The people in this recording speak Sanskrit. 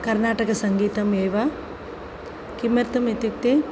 कर्नाटकसङ्गीतम् एव किमर्थम् इत्युक्ते